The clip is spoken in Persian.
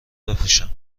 بپوشم